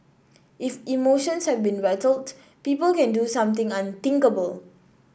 if emotions have been rattled people can do something unthinkable